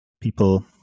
people